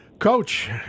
Coach